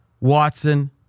Watson